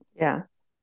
Yes